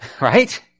Right